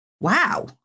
wow